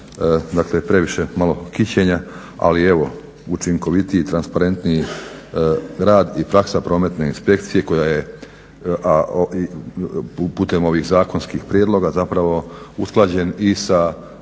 Dakle previše malo kićenja, ali učinkovitiji, transparentniji rad i praksa Prometne inspekcije koja je putem ovih zakonskih prijedloga zapravo usklađen i sa